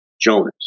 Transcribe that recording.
Jonas